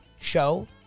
show